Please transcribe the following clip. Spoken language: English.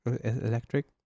Electric